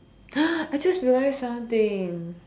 I just realised something